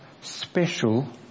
special